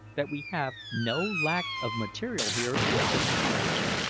that we have no lack of material here to make us comfortable,